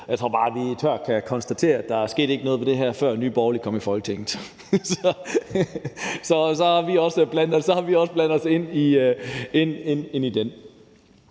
Jeg tror bare, at vi tørt kan konstatere, at der ikke skete noget med det her, før Nye Borgerlige kom i Folketinget. Så har vi også blandet os ind i den.